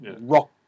rock